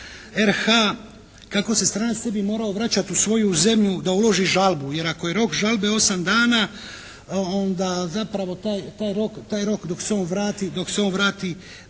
RH kako se stranac ne bi morao vraćati u svoju zemlju da uloži žalbu. Jer ako je rok žalbe 8 dana onda zapravo taj rok dok se on vrati